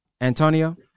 Antonio